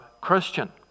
Christian